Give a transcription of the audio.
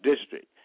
district